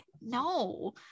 no